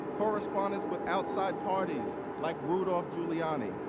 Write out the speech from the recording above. correspondence with outside parties, like rudolph giuliani.